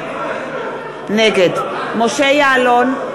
נגד משה יעלון,